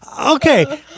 okay